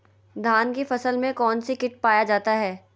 धान की फसल में कौन सी किट पाया जाता है?